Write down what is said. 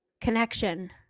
connection